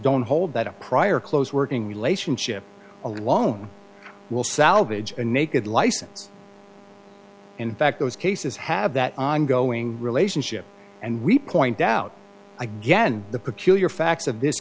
don't hold that a prior close working relationship alone will salvage a naked license in fact those cases have that ongoing relationship and we point out again the peculiar facts of this